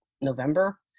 November